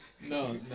no